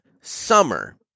summer